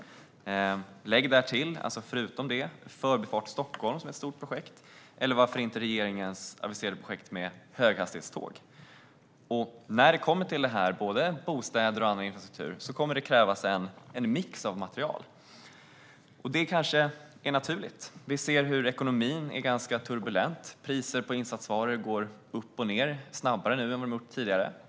Lägg därtill Förbifart Stockholm, som är ett stort projekt, eller varför inte regeringens aviserade projekt med höghastighetståg. För både bostäder och annan infrastruktur kommer det att krävas en mix av material. Det kanske är naturligt. Vi ser att ekonomin är ganska turbulent. Priser på insatsvaror går upp och ned snabbare nu än vad de har gjort tidigare.